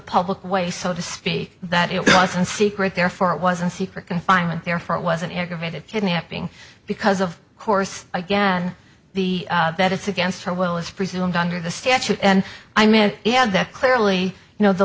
public way so to speak that it wasn't secret therefore it wasn't secret confinement therefore it was an aggravated kidnapping because of course again the that it's against her will is presumed under the statute and i mean he had that clearly you know the